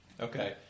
Okay